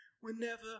Whenever